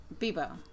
Bebo